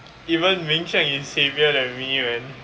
even Ming-Xuan is heavier than me man